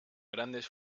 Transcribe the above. grandes